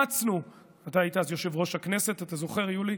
אתה היית אז יושב-ראש הכנסת, אתה זוכר, יולי.